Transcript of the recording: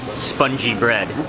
spongy bread.